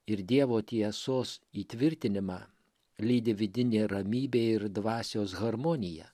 ir dievo tiesos įtvirtinimą lydi vidinė ramybė ir dvasios harmonija